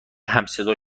همصدا